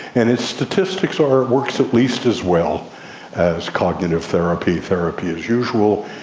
and its statistics are it works at least as well as cognitive therapy, therapy as usual,